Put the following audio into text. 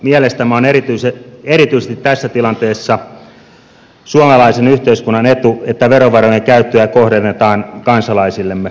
mielestäni tämä on erityisesti tässä tilanteessa suomalaisen yhteiskunnan etu että verovarojen käyttöä kohdennetaan kansalaisillemme